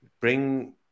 bring